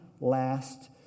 last